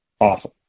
Awesome